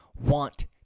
want